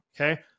Okay